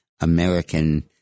American